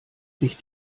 sich